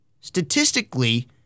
Statistically